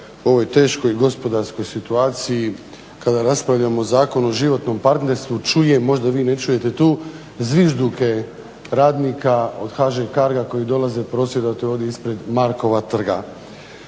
o ovoj teškoj gospodarskoj situaciji kada raspravljamo Zakon o životnom partnerstvu čujem, možda vi ne čujete tu zvižduke radnika od HŽ Carga koji dolaze prosvjedovati ovdje ispred Markova trga.